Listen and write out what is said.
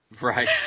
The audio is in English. Right